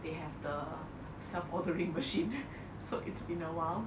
they have the self ordering machine so it's been awhile